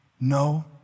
no